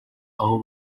abo